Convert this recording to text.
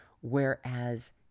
Whereas